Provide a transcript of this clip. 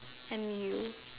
M